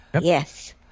Yes